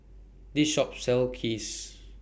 This Shop sells Kheer